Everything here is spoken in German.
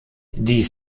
die